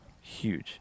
Huge